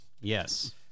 yes